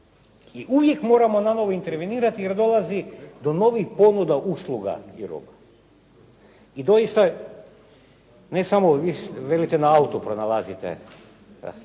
I uvijek moramo nanovo intervenirati jer dolazi do novih ponuda usluga i roba. I doista, ne samo vi velite na autu pronalazite,